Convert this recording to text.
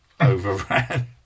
Overran